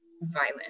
violent